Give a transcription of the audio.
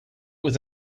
was